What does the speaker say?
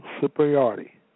superiority